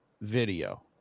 video